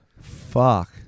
Fuck